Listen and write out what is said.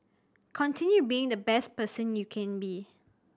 continue being the best person you can be